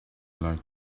like